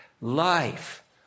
life